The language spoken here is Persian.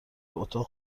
اتاق